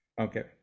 Okay